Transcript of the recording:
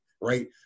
right